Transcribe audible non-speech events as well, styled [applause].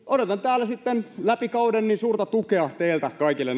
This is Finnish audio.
odotan täällä sitten läpi kauden suurta tukea teiltä kaikille [unintelligible]